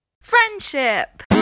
Friendship